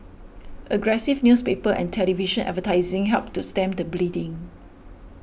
aggressive newspaper and television advertising helped to stem the bleeding